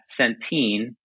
Centene